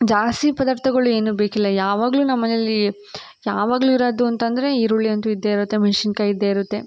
ಜಾಸ್ತಿ ಪದಾರ್ಥಗಳು ಏನೂ ಬೇಕಿಲ್ಲ ಯಾವಾಗಲೂ ನಮ್ಮ ಮನೇಲ್ಲಿ ಯಾವಾಗಲೂ ಇರೋದು ಅಂತಂದರೆ ಈರುಳ್ಳಿ ಅಂತೂ ಇದ್ದೇ ಇರುತ್ತೆ ಮೆಣ್ಶಿನ್ಕಾಯಿ ಇದ್ದೇ ಇರುತ್ತೆ